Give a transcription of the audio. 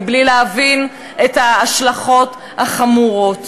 מבלי להבין את ההשלכות החמורות.